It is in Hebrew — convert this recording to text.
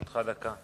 יש לך דקה.